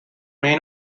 may